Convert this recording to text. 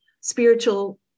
spiritual